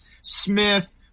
Smith